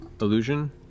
illusion